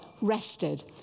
rested